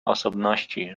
osobności